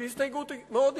שהיא הסתייגות מאוד עניינית,